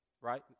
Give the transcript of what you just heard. right